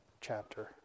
chapter